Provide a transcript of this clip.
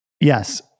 Yes